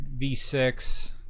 V6